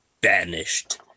banished